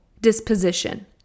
disposition